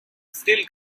still